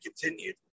continued